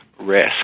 risk